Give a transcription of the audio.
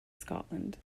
scotland